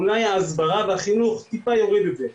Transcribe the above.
אולי ההסברה והחינוך טיפה יוריד את זה,